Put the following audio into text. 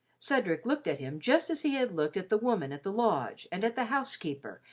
cedric looked at him just as he had looked at the woman at the lodge and at the housekeeper,